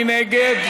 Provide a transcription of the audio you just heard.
מי נגד?